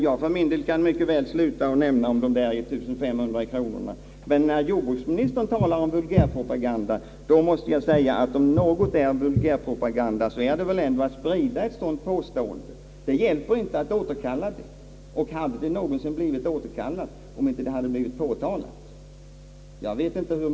Jag kan mycket väl sluta att nämna de 1500 kronorna, men när jordbruksministern talar om vulgärpropaganda måste jag säga att om något är väl detta vulgärpropaganda när man sprider ett sådant påstående. Jag vet inte i hur många hundratusen exemplar broschyren spreds.